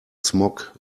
smog